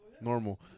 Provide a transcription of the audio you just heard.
normal